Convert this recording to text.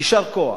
יישר כוח.